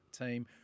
team